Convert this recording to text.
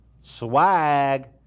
swag